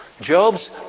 Job's